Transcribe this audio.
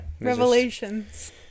revelations